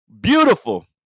Beautiful